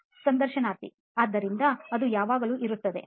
ಸಂದರ್ಶನಾರ್ಥಿ ಆದ್ದರಿಂದ ಅದು ಯಾವಾಗಲೂ ಇರುತ್ತದೆ